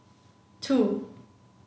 two